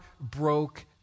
broke